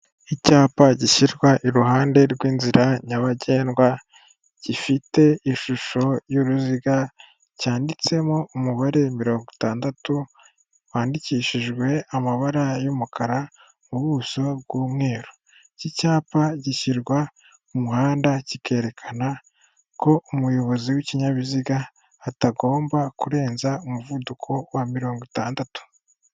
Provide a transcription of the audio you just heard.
Icyapa gishyirwa iruhande rw'inzira nyabagendwa gifite ishusho y'uruziga cyanditsemo umubare mirongo itandatu wandikishijwe amabara y'umukara mu buso bw'umweru. Iki cyapa gishyirwa ku muhanda kikerekana ko umuyobozi w'ikinyabiziga atagomba kurenza umuvuduko wa mirongo itandatu.